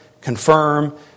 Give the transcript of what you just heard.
confirm